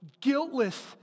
guiltless